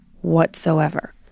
whatsoever